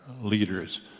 leaders